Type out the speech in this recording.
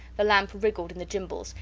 the lamp wriggled in the gimbals,